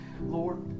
Lord